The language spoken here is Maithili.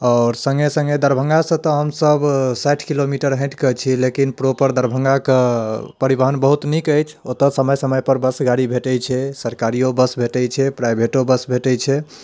आओर सङ्गे सङ्गे दरभङ्गासँ तऽ हमसभ साठि किलोमीटर हटिकऽ छी लेकिन प्रॉपर दरभङ्गाके परिवहन बहुत नीक अछि ओतऽ समय समयपर बस गाड़ी भेटै छै सरकारिओ बस भेटै छै प्राइवेटो बस भेटै छै